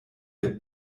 der